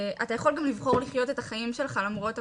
אתה יכול גם לבחור לחיות את החיים שלך למרות הקושי.